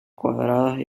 cuadradas